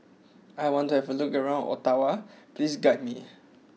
I want to have a look around Ottawa please guide me